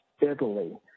Italy